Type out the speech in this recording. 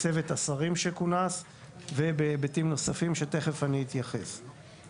צוות השרים שכונס ובהיבטים נוספים שתכף אני אתייחס אליהם.